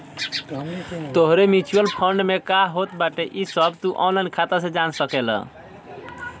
तोहरे mutual fund में का होत बाटे इ सब तू ऑनलाइन खाता से जान सकेला